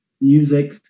music